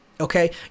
Okay